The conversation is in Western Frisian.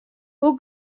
hoe